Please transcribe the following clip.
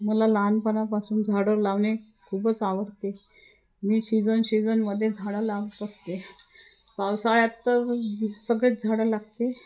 मला लहानपणापासून झाडं लावणे खूपच आवडते मी शिजन शिजनमध्ये झाडं लावत असते पावसाळ्यात तर सगळेच झाडं लागते